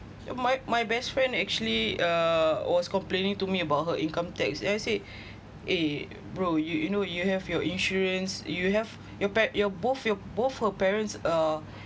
ya my my best friend actually uh was complaining to me about her income tax and I said eh bro you you know you have your insurance you have you par~ your both your both both her parents uh